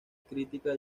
crítica